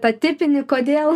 tą tipinį kodėl